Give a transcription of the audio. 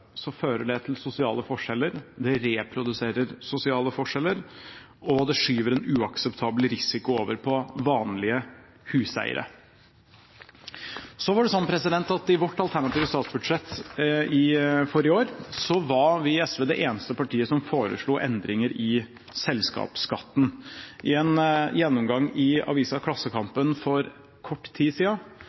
fører det til sosiale forskjeller, det reproduserer sosiale forskjeller, og det skyver en uakseptabel risiko over på vanlige huseiere. I vårt alternative statsbudsjett for i år foreslo vi – som eneste parti – endringer i selskapsskatten. I en gjennomgang i avisen Klassekampen for kort tid